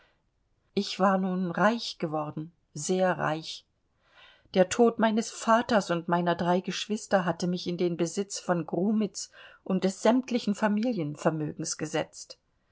ich war nun reich geworden sehr reich der tod meines vaters und meiner drei geschwister hatte mich in den besitz von grumitz und des sämtlichen familienvermögens gesetzt